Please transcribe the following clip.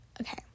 okay